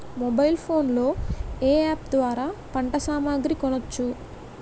Mobile phone లో ఏ app ద్వారా పంట సామాగ్రి కొనచ్చు?